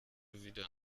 wieder